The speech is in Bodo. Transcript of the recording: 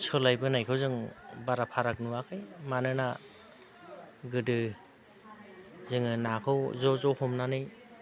सोलायबोनाय खौ जों बारा फाराग नुआखै मानोना गोदो जोंङो नाखौ ज' ज' हमनानै